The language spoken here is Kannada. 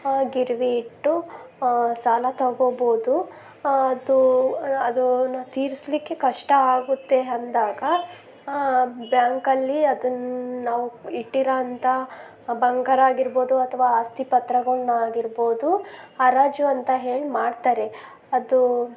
ಗಿರವಿ ಇಟ್ಟು ಸಾಲ ತೊಗೋಬೋದು ಅದು ಅದನ್ನ ತೀರಿಸ್ಲಿಕ್ಕೆ ಕಷ್ಟ ಆಗುತ್ತೆ ಅಂದಾಗ ಬ್ಯಾಂಕಲ್ಲಿ ಅದನ್ನು ನಾವು ಇಟ್ಟಿರೋಂಥ ಬಂಗಾರ ಆಗಿರ್ಬೋದು ಅಥವಾ ಆಸ್ತಿ ಪತ್ರಗಳ್ನ ಆಗಿರ್ಬೋದು ಹರಾಜು ಅಂತ ಹೇಳಿ ಮಾಡ್ತಾರೆ ಅದು